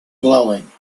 blowing